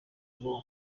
ngo